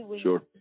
Sure